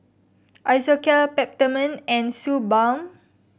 Isocal Peptamen and Suu Balm